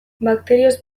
bakterioz